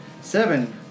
Seven